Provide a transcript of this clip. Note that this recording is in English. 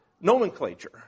nomenclature